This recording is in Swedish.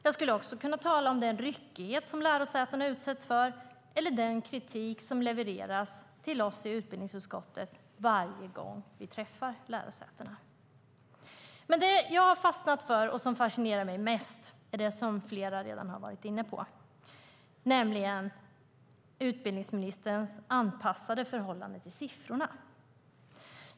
Jag skulle också kunna tala om den ryckighet som lärosätena utsätts för eller den kritik som levereras till oss i utbildningsutskottet varje gång vi träffar lärosätena. Men det jag har fastnat för och som fascinerar mig mest är det som flera redan har varit inne på, nämligen utbildningsministerns anpassade förhållande till siffrorna.